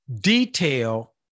detail